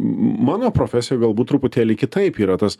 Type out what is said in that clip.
mano profesijoj galbūt truputėlį kitaip yra tas